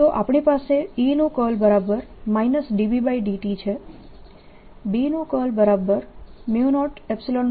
તો આપણી પાસે E નું કર્લ E Bt છે B નું કર્લ B00Et છે